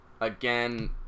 again